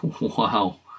Wow